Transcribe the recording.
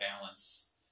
balance